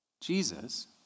Jesus